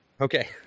Okay